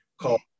called